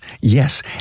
Yes